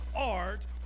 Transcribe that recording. art